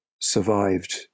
survived